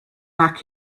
back